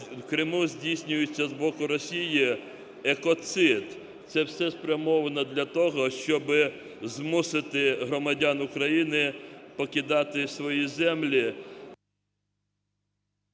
В Криму здійснюються з боку Росії екоцид. Це все спрямовано для того, щоби змусити громадян України покидати свої землі…